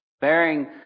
bearing